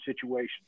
situations